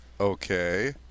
Okay